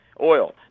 Oil